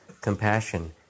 compassion